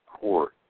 court